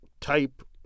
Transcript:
type